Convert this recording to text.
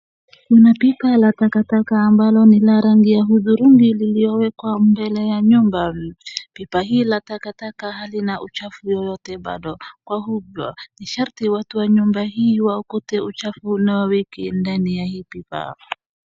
Kuna pipa la takataka ambalo ni la rangi ya hudhurungi lililowekwa mbele ya nyumba. Pipa hili la takataka halina uchafu wowote bado, kwa hivyo ni sharti watu wa hii nyumba waokote uchafu na waeke ndani ya hii pipa.